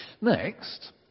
Next